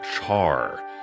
char